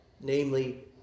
namely